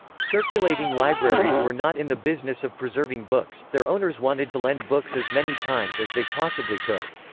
circulating libraries were not in the business of preserving books their owners wanted to lend books as many times as they possibly could.